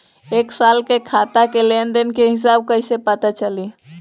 एक साल के खाता के लेन देन के हिसाब कइसे पता चली?